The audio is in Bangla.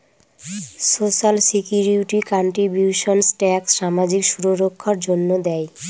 সোশ্যাল সিকিউরিটি কান্ট্রিবিউশন্স ট্যাক্স সামাজিক সুররক্ষার জন্য দেয়